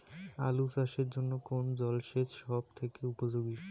আলু চাষের জন্য কোন জল সেচ সব থেকে উপযোগী?